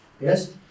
Yes